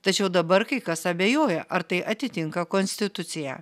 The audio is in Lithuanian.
tačiau dabar kai kas abejoja ar tai atitinka konstituciją